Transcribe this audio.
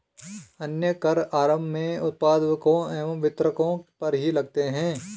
अन्य कर आरम्भ में उत्पादकों एवं वितरकों पर ही लगते हैं